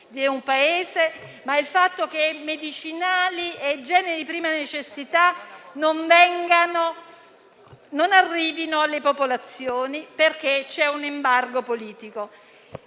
di un Paese, ma il fatto che medicinali e generi di prima necessità non arrivino alle popolazioni, perché c'è un embargo politico.